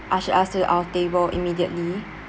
ushered us to our table immediately